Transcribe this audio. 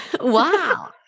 Wow